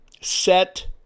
set